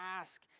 ask